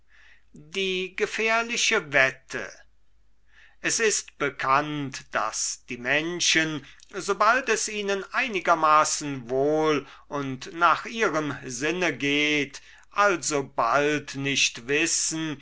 die gefährliche wette es ist bekannt daß die menschen sobald es ihnen einigermaßen wohl und nach ihrem sinne geht alsobald nicht wissen